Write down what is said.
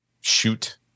shoot